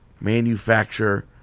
Manufacture